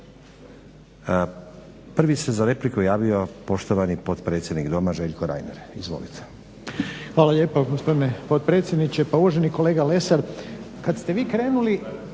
Prvi se za repliku javio poštovani potpredsjednik Doma Željko Reiner, izvolite. **Reiner, Željko (HDZ)** Hvala lijepa gospodine potpredsjedniče. Pa uvaženi kolega Lesar, kad ste vi krenuli